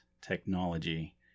technology